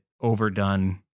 overdone